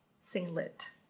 Singlet